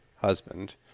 husband